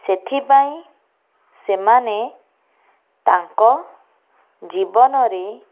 ସେଥିପାଇଁ ସେମାନେ ତାଙ୍କ ଜୀବନରେ